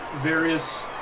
various